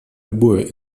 любое